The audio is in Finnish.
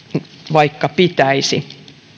vaikka pitäisi